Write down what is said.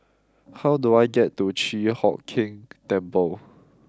how do I get to Chi Hock Keng Temple